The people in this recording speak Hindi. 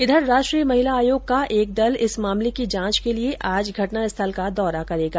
इधर राष्ट्रीय महिला आयोग का एक दल इस मामले की जांच के लिए आज घटना स्थल का दौरा करेगा